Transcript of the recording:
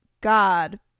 God